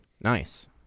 Nice